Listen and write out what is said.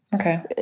Okay